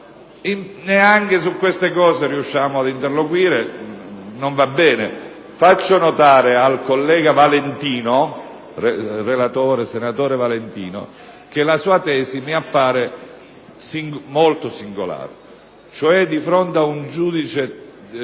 neanche su queste cose riusciamo ad interloquire, non va bene. Faccio notare al relatore, senatore Valentino, che la sua tesi è molto singolare: di fronte ad un giudice